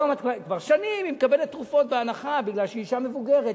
כבר שנים היא מקבלת תרופות בהנחה מפני שהיא אשה מבוגרת,